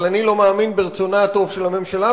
אבל אני לא מאמין ברצונה הטוב של הממשלה.